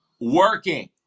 working